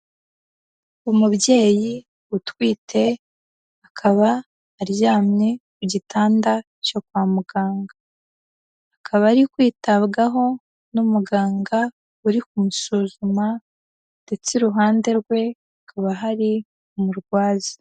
Umubyeyi utwite akaba aryamye mu gitanda cyo kwa muganga, akaba ari kwitabwaho n'umuganga uri kumusuzuma ndetse iruhande rwe hakaba hari umurwaza.